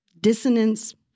dissonance